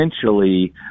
essentially